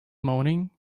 moaning